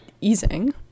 easing